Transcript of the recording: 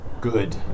Good